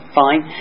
fine